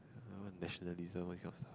and all the nationalism I cannot